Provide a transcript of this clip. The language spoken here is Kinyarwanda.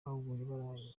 bahuye